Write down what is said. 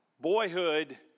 boyhood